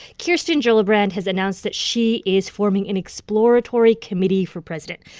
kirsten gillibrand has announced that she is forming an exploratory committee for president,